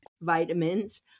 vitamins